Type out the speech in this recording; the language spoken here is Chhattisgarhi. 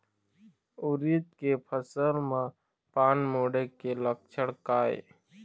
उरीद के फसल म पान मुड़े के लक्षण का ये?